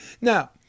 now